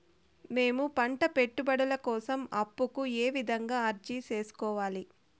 మేము పంట పెట్టుబడుల కోసం అప్పు కు ఏ విధంగా అర్జీ సేసుకోవాలి?